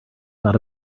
not